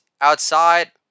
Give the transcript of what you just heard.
outside